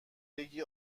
بگی